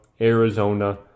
Arizona